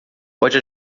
pode